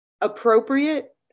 appropriate